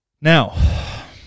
Now